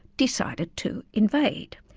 decided to invade.